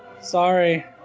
Sorry